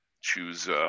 choose